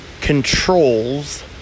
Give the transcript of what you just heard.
controls